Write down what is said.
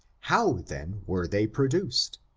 how, then, were they produced?